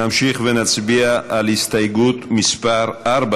נמשיך ונצביע על הסתייגות מס' 4,